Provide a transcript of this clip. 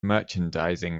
merchandising